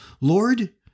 Lord